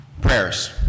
prayers